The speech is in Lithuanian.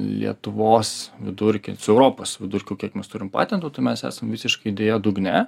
lietuvos vidurkį su europos vidurkiu kiek mes turim patentų tai mes esam visiškai deja dugne